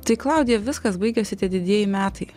tai klaudija viskas baigėsi tie didieji metai